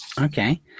Okay